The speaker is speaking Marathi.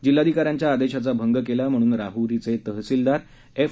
जिल्हाधिकाऱ्यांच्या आदेशाचा भंग केला म्हणून राहरीचे तहसीलदार एफ